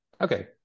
okay